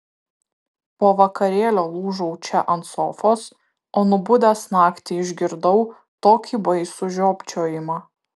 po vakarėlio lūžau čia ant sofos o nubudęs naktį išgirdau tokį baisų žiopčiojimą